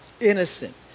innocent